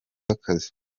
akazi